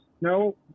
no